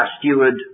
steward